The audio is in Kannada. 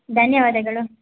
ಧನ್ಯವಾದಗಳು